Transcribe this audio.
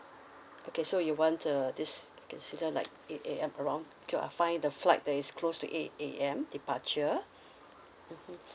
okay so you want uh this consider like eight A_M around okay find the flight that is close to eight A_M departure mmhmm